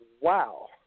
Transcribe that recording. wow